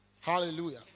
Hallelujah